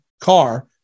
car